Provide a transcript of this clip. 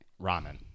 Ramen